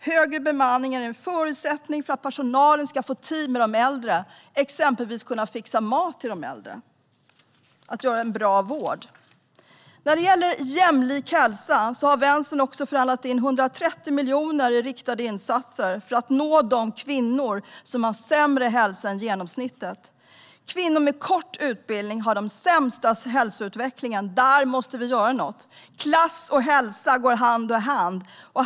Högre bemanning är en förutsättning för att personalen ska få tid med de äldre, exempelvis fixa mat till dem. Det handlar om att ge bra vård. När det gäller jämlik hälsa har Vänstern också förhandlat in 130 miljoner i riktade insatser, för att nå de kvinnor som har sämre hälsa än genomsnittet. Kvinnor med kort utbildning har den sämsta hälsoutvecklingen. Där måste vi göra något. Klass och hälsa går hand i hand.